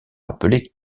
appelés